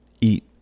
eat